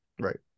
Right